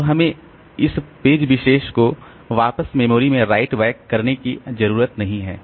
तो हमें इस पेज विशेष को वापस मेमोरी में राइट बैक करने की जरूरत नहीं है